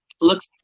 looks